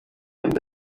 inda